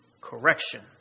correction